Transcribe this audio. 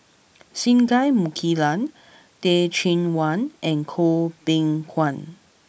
Singai Mukilan Teh Cheang Wan and Goh Beng Kwan